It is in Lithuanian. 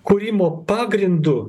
kūrimo pagrindu